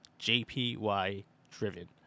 JPY-driven